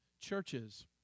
churches